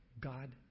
God